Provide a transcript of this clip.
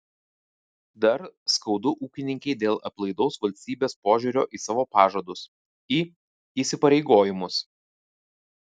dar skaudu ūkininkei dėl aplaidaus valstybės požiūrio į savo pažadus į įsipareigojimus